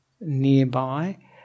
nearby